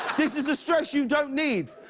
this is a stress you don't need.